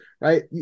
right